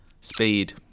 Speed